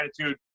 attitude